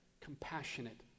compassionate